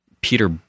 Peter